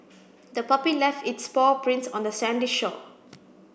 the puppy left its paw prints on the sandy shore